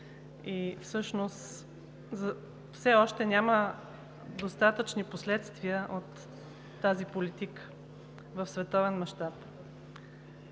Всъщност все още няма достатъчни последствия от тази политика в световен мащаб.